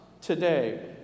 today